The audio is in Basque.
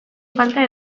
falta